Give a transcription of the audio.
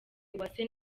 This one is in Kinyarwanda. uwase